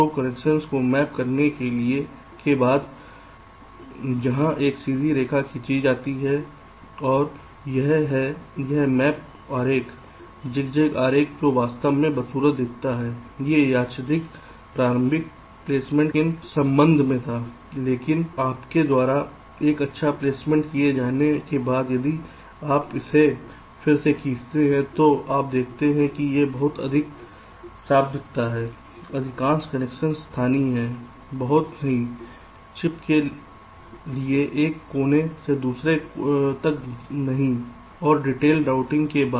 तो कनेक्शन को मैप करने के बाद जहां एक सीधी रेखा खींची जाती है और यह है वह मेष आरेख ज़िगज़ैग आरेख जो वास्तव में बदसूरत दिखता है यह यादृच्छिक प्रारंभिक प्लेसमेंट के संबंध में था लेकिन आपके द्वारा एक अच्छा प्लेसमेंट किए जाने के बाद यदि आप इसे फिर से खींचते हैं तो आप देखते हैं कि यह बहुत अधिक साफ़ दिखता है अधिकांश कनेक्शन स्थानीय हैं बहुत नहीं चिप के एक कोने से दूसरे तक नहीं और विस्तार रूटिंग के बाद